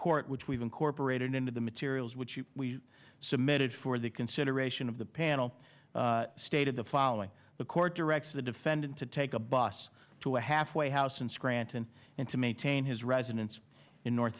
court which we've incorporated into the materials which we submitted for the consideration of the panel stated the following the court directs the defendant to take a bus to a halfway house in scranton and to maintain his residence in north